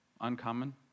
uncommon